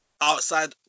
outside